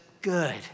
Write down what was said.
good